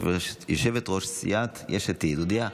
יושבת-ראש סיעת יש עתיד, הודיעה,